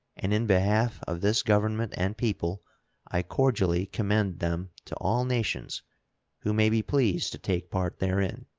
and in behalf of this government and people i cordially commend them to all nations who may be pleased to take part therein.